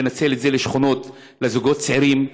לנצל את זה לשכונות לזוגות צעירים,